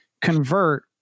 convert